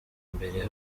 mbere